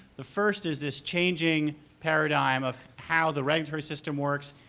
the first is this changing paradigm of how the regulatory system works,